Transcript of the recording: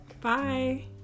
Bye